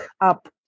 up